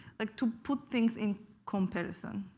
like to put things in comparison